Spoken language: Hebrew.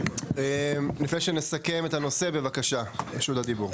לפני שנסכם את הנושא, בבקשה, רשות הדיבור.